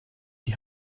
die